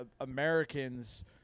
Americans